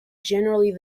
generally